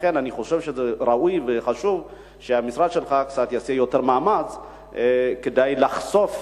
לכן אני חושב שזה ראוי וחשוב שהמשרד שלך יעשה קצת יותר מאמץ כדי לחשוף,